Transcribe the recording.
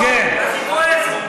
אוה, אז היא כועסת.